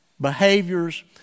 behaviors